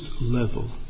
level